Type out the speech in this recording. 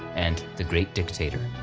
and the great dictator.